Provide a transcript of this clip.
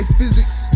physics